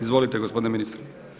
Izvolite gospodine ministre.